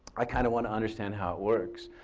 i kind of want to understand how it works.